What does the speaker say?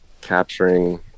capturing